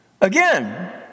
Again